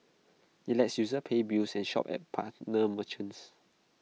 IT lets users pay bills and shop at partner merchants